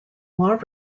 law